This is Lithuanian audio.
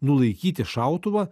nulaikyti šautuvą